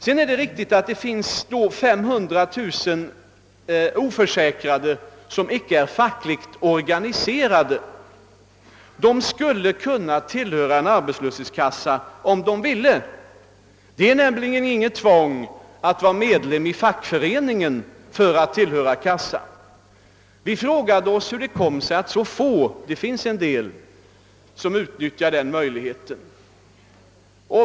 Det är riktigt att det finns 5300 000 oförsäkrade som icke är fackligt organiserade. De skulle kunna tillhöra en arbetslöshetskassa om de ville. Det är nämligen inget tvång att vara medlem i fackföreningen för att tillhöra kassan. Vi frågade oss hur det kom sig att så få det finns en del — utnyttjar den möjligheten.